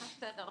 אבל